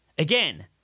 Again